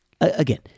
again